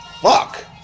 Fuck